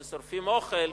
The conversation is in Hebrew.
ששורפים אוכל,